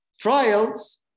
trials